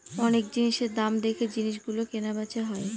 অনেক জিনিসের দাম দেখে জিনিস গুলো কেনা বেচা হয়